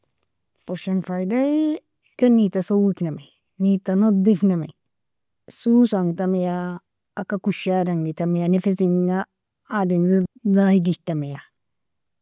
Forshan faydaie, ken nidta sewwikname, nidta nadifnamie, suss'ang'temea, agkka kushad'ang'teme, nefesinga adamri daigijtamea.